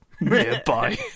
nearby